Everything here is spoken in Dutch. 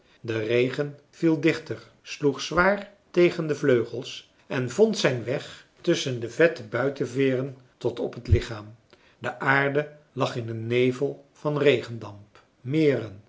de regen viel dichter sloeg zwaar tegen de vleugels en vond zijn weg tusschen de vette buitenveeren tot op het lichaam de aarde lag in een nevel van regendamp meren